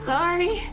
Sorry